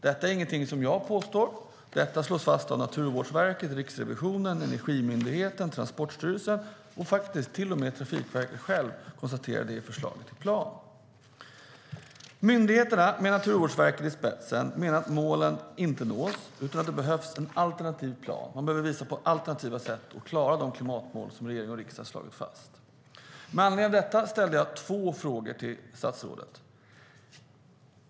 Detta är inget som bara jag påstår, utan det slås fast av Naturvårdsverket, Riksrevisionen, Energimyndigheten och Transportstyrelsen, och till och med Trafikverket självt konstaterar det i förslaget till plan. Myndigheterna, med Naturvårdsverket i spetsen, menar att målen inte nås utan att det behövs en alternativ plan. Man behöver visa på alternativa sätt att uppnå de klimatmål som regering och riksdag slagit fast. Med anledning av detta ställde jag två frågor till statsrådet.